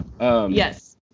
Yes